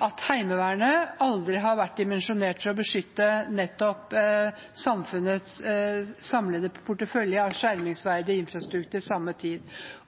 at Heimevernet aldri har vært dimensjonert for å beskytte samfunnets samlede portefølje av skjermingsverdig infrastruktur til samme tid,